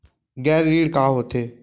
गैर ऋण का होथे?